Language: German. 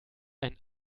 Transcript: ein